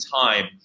time